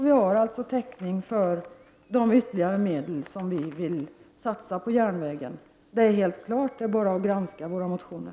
Vi har också täckning för de ytterligare medel som vi vill skall satsas på järnvägen, och det framgår klart av våra motioner.